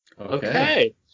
Okay